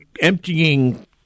emptying